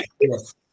yes